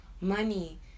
money